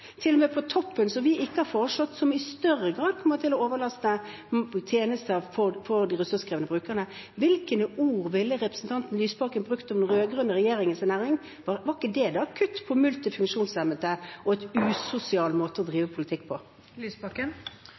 på toppen, som vi ikke har foreslått, som i større grad kommer til å overbelaste tjenestene for de ressurskrevende brukerne? Hvilke ord ville representanten Lysbakken brukt om den rød-grønne regjeringens endring? Var ikke det et kutt for multifunksjonshemmede og en usosial måte å drive politikk